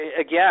again